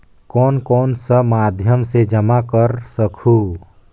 कौन कौन सा माध्यम से जमा कर सखहू?